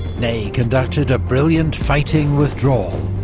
ney conducted a brilliant fighting withdrawal,